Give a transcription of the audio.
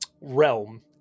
realm